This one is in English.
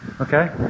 Okay